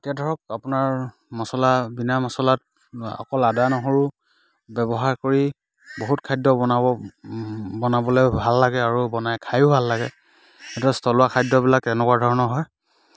এতিয়া ধৰক আপোনাৰ মচলা বিনা মচলাত অকল আদা নহৰু ব্যৱহাৰ কৰি বহুত খাদ্য বনাব বনাবলৈও ভাল লাগে আৰু বনাই খায়ো ভাল লাগে অথচ থলুৱা খাদ্যবিলাক এনেকুৱা ধৰণৰ হয়